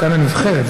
שחקן הנבחרת.